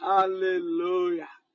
Hallelujah